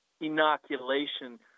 inoculation